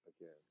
Again